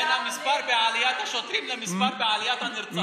בין המספר של עליית השוטרים והמספר של עליית הנרצחים?